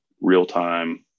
real-time